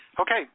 Okay